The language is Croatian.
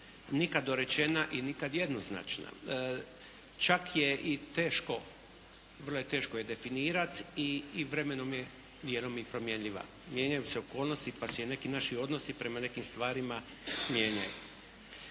nikad dorečena i nikad jednoznačna. Čak je i teško, vrlo je teško je definirati i vremenom je mjerom i promjenjiva. Mijenjaju se okolnosti pa se i neki naši odnosi prema nekim stvarima mijenjaju.